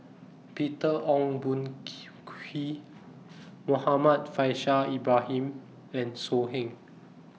Peter Ong Boon Kwee Muhammad Faishal Ibrahim and So Heng